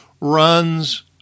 runs